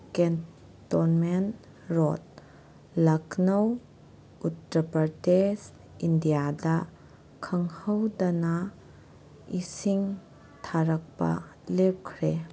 cantonment road Lucknow Uttar Pradesh ꯏꯟꯗꯤꯌꯥꯗ ꯈꯪꯍꯧꯗꯅ ꯏꯁꯤꯡ ꯊꯥꯔꯛꯄ ꯂꯦꯞꯈ꯭ꯔꯦ